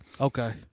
Okay